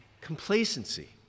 Complacency